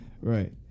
right